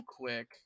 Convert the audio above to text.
quick